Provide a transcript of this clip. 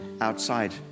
outside